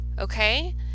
Okay